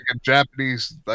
Japanese